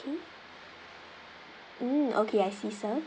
~kay mm okay I see sir